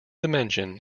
dimension